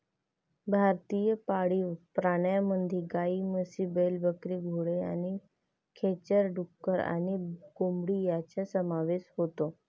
भारतीय पाळीव प्राण्यांमध्ये गायी, म्हशी, बैल, बकरी, घोडे आणि खेचर, डुक्कर आणि कोंबडी यांचा समावेश होतो